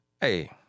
Hey